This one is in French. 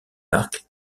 marques